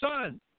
son